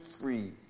free